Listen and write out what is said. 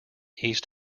east